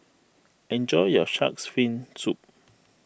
enjoy your Shark's Fin Soup